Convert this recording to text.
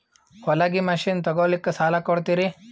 ಹೊಲಗಿ ಮಷಿನ್ ತೊಗೊಲಿಕ್ಕ ಸಾಲಾ ಕೊಡ್ತಿರಿ?